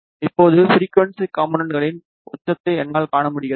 இப்போது ஃபிரிக்குவன்ஸி கம்பொன்னேட்களின் உச்சத்தை என்னால் காண முடிகிறது